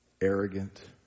arrogant